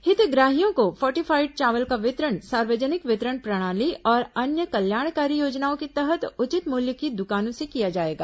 हितग्राहियों को फोर्टिफाइड चावल का वितरण सार्वजनिक वितरण प्रणाली और अन्य कल्याणकारी योजनाओं के तहत उचित मूल्य की दुकानों से किया जाएगा